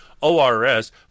ORS